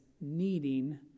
needing